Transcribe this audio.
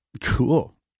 Cool